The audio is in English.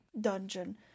dungeon